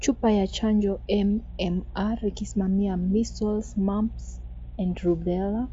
Chupa ya chanjo MMR ikisimamia measles, mumps and rubella [cs ]